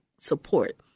support